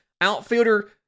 Outfielder